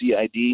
CID